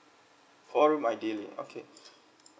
four room ideally okay